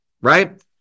right